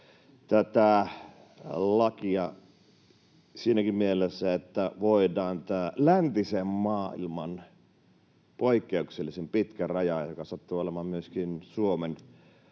tätä lakia siinäkin mielessä, että voidaan tämä läntisen maailman poikkeuksellisen pitkä raja, joka sattuu olemaan myöskin Suomen